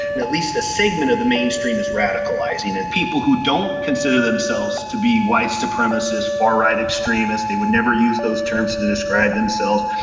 at least a segment of the mainstream is radicalising and people who don't consider themselves to be white supremacist, far right extremist, they would never use those terms to to describe themselves,